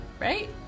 right